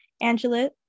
Angela